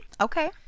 Okay